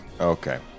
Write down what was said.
Okay